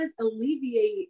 alleviate